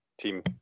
team